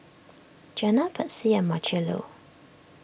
Janna Patsy and Marchello